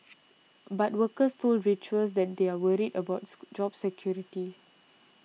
but workers told Reuters that they were worried about job security